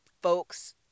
folks